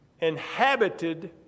inhabited